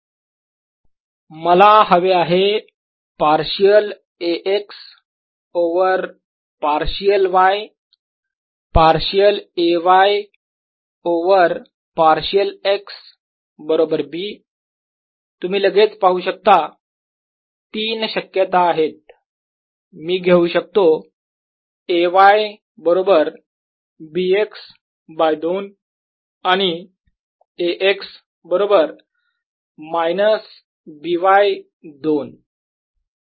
BBzxAz∂y Ay∂zyAx∂z Az∂xzAy∂x Ax∂y मला हवे आहे partial A x over partial y partial A y over partial x बरोबर B तुम्ही लगेच पाहू शकता 3 शक्यता आहेत मी घेऊ शकतो A y बरोबर B x बाय 2 आणि A x बरोबर मायनस B y 2